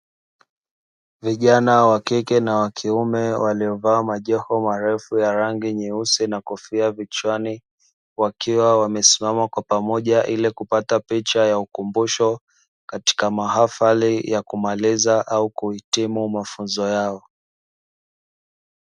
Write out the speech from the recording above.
Vijana wa kike na wa kiume waliovalia majoho marefu ya rangi nyeusi na kofia kichwani, wakiwa wamesimama kwa pamoja ili kupata picha ya ukumbisho katika mahafali ya kumaliza au kuhitimu mafunzo yao.